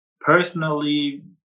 Personally